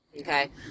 okay